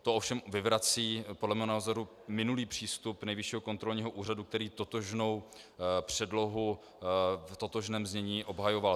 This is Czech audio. To ovšem vyvrací podle mého názoru minulý přístup Nejvyššího kontrolního úřadu, který totožnou předlohu, v totožném znění, obhajoval.